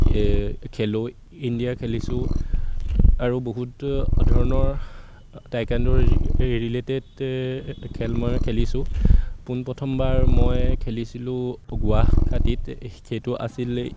খেলো ইণ্ডিয়া খেলিছোঁ আৰু বহুত ধৰণৰ টাইকোৱনড'ৰ ৰিলেটেড খেল মই খেলিছোঁ পোনপ্ৰথমবাৰ মই খেলিছিলোঁ গুৱাহাটীত সেইটো আছিলে